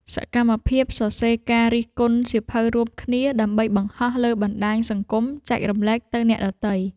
សកម្មភាពសរសេរការរិះគន់សៀវភៅរួមគ្នា ដើម្បីបង្ហោះលើបណ្ដាញសង្គមចែករំលែកទៅអ្នកដទៃ។